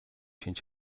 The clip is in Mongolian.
шинж